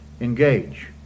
engage